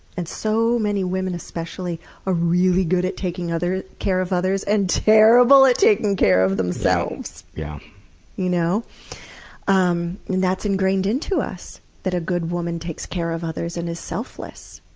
and so many women especially are really good at taking care of others and terrible at taking care of themselves. yeah you know um and that's ingrained into us, that a good woman takes care of others and is selfless.